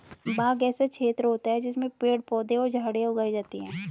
बाग एक ऐसा क्षेत्र होता है जिसमें पेड़ पौधे और झाड़ियां उगाई जाती हैं